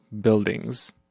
buildings